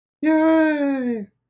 Yay